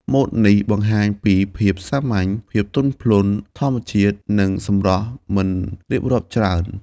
ម៉ូតនេះបង្ហាញពីភាពសាមញ្ញ ភាពទន់ភ្លន់ធម្មជាតិ និងសម្រស់មិនរៀបរាប់ច្រើន។